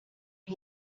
los